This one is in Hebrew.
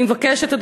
אני מבקשת מכולם,